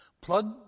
plug